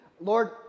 Lord